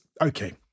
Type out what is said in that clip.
okay